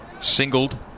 Singled